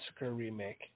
remake